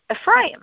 Ephraim